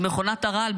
אז מכונת הרעל,